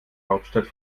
hauptstadt